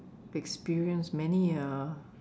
experience many uh